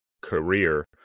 career